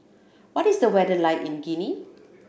what is the weather like in Guinea